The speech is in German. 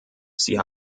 sie